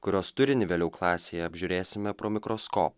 kurios turinį vėliau klasėje apžiūrėsime pro mikroskop